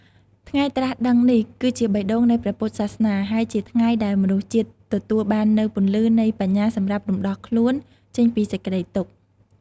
ថ្ងៃត្រាស់ដឹងនេះ គឺជាបេះដូងនៃព្រះពុទ្ធសាសនា ហើយជាថ្ងៃដែលមនុស្សជាតិទទួលបាននូវពន្លឺនៃបញ្ញាសម្រាប់រំដោះខ្លួនចេញពីសេចក្ដីទុក្ខ។